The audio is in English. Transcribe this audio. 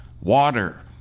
Water